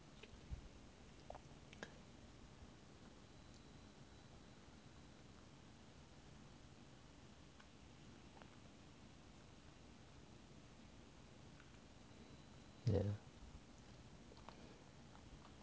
yeah